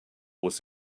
was